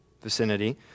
vicinity